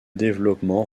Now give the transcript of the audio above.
développement